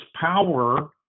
power